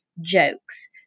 jokes